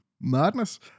Madness